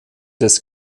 des